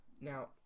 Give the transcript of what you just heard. Now